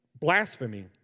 Blasphemy